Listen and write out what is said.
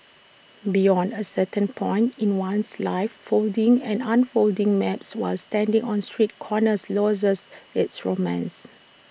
beyond A certain point in one's life folding and unfolding maps while standing on street corners loses its romance